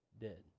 dead